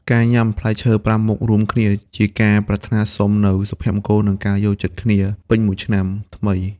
ការញ៉ាំ "ផ្លែឈើប្រាំមុខ" រួមគ្នា ជាការប្រាថ្នាសុំនូវសុភមង្គល និងការយល់ចិត្តគ្នាពេញមួយឆ្នាំថ្មី។